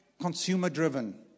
consumer-driven